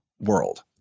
world